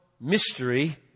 mystery